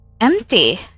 empty